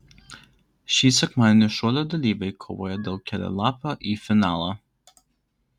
šį sekmadienį šuolio dalyviai kovoja dėl kelialapio į finalą